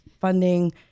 Funding